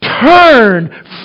Turn